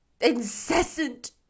incessant